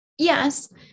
Yes